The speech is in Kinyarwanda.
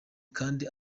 kandi